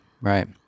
right